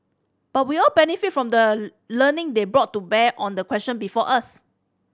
but we all benefited from the learning they brought to bear on the question before us